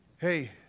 Hey